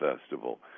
festival